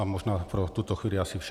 A možná pro tuto chvíli asi vše.